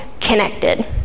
connected